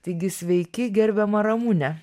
taigi sveiki gerbiama ramune